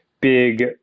big